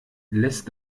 lässt